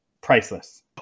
priceless